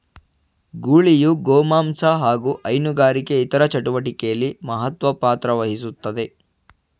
ಗೂಳಿಯು ಗೋಮಾಂಸ ಹಾಗು ಹೈನುಗಾರಿಕೆ ಇತರ ಚಟುವಟಿಕೆಲಿ ಮಹತ್ವ ಪಾತ್ರವಹಿಸ್ತದೆ